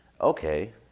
okay